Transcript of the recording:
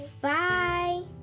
Bye